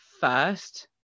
first